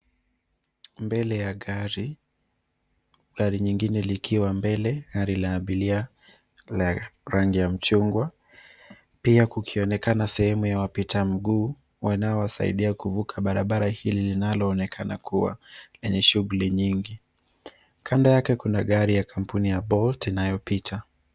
Mbele ya gari, gari lingine likiwa mbele. Gari la abiria la rangi ya mchungwa. Pia kukionekana sehemu ya wapita mguu wanaosaidia kuvuka barabara inayoonekana kuwa na shughuli nyingi. Kando yake kuna gari ya kampuni ya Bolt inayopita.